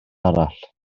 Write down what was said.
arall